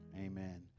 amen